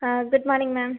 good morning ma'am